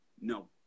no